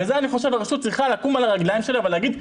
אני חושב שהרשות צריכה לקום על הרגליים שלה ולהגיד,